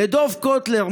לדב קוטלר,